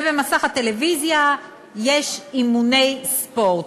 ובמסך הטלוויזיה יש אימוני ספורט,